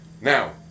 Now